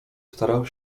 starał